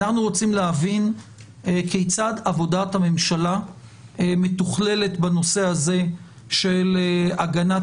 אנחנו רוצים להבין כיצד עבודת הממשלה מתוכללת בנושא הזה של הגנת